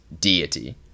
deity